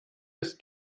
ist